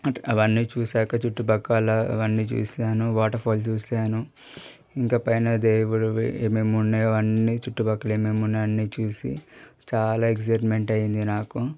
అవన్నీ చూసాక చుట్టు పక్కల అవన్నీ చూశాను వాటర్ ఫాల్ చూశాను ఇంకా పైన దేవుళ్ళవి ఏమేం ఉన్నాయో అన్నీ చుట్టు పక్కల ఏమేం ఉన్నాయో అన్నీ చూసి చాలా ఎక్సైట్మెంట్ అయింది నాకు